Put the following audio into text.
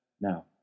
Now